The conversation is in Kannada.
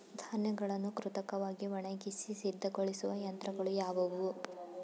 ಧಾನ್ಯಗಳನ್ನು ಕೃತಕವಾಗಿ ಒಣಗಿಸಿ ಸಿದ್ದಗೊಳಿಸುವ ಯಂತ್ರಗಳು ಯಾವುವು?